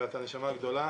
ואתה נשמה גדולה,